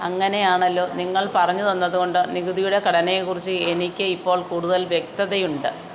അങ്ങനെയാണല്ലോ നിങ്ങൾ പറഞ്ഞു തന്നതുകൊണ്ട് നികുതിയുടെ ഘടനയെക്കുറിച്ച് എനിക്ക് ഇപ്പോൾ കൂടുതൽ വ്യക്തതയുണ്ട്